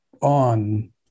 on